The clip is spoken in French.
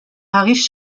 arrivent